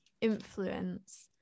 influence